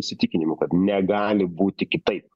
įsitikinimu kad negali būti kitaip